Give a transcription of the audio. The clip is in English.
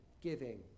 giving